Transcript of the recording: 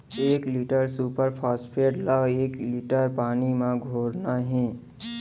एक litre super phosphate ला कए लीटर पानी मा घोरना हे?